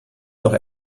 noch